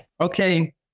okay